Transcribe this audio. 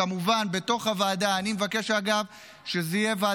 וכמובן, בתוך הוועדה, אני מבקש, אגב,